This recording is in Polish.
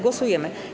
Głosujemy.